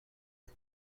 این